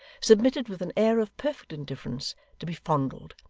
submitted with an air of perfect indifference to be fondled,